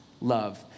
love